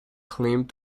claimed